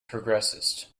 progressist